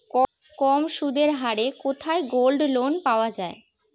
কম সুদের হারে কোথায় গোল্ডলোন পাওয়া য়ায়?